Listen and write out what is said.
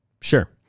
Sure